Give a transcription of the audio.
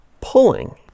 pulling